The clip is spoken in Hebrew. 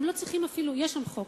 יש חוק,